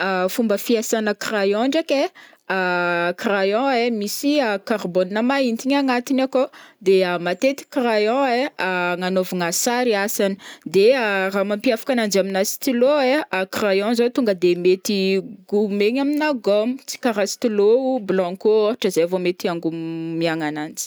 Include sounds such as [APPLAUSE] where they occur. Fomba fiasana crayon ndraiky e, [HESITATION] crayon e misy carbone mahintigny agnatiny akao, de [HESITATION] matetiky crayon e hagnanaovana sary asany de [HESITATION] raha mampiavaka agnajy amina stylo e, [HESITATION] crayon zao tonga de mety gomegna amina gomme, tsy karaha sitilo blanco ôhatra vao mety anagomiagna agnajy.